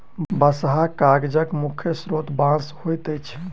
बँसहा कागजक मुख्य स्रोत बाँस होइत अछि